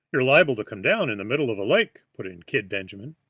you're liable to come down in the middle of a lake, put in kid benjamin.